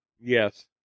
Yes